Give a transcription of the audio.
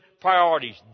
priorities